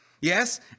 Yes